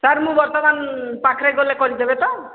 sir ମୁଁ ବର୍ତ୍ତମାନ ପାଖରେ ଗଲେ କରିଦେବେ ତ